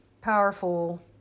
powerful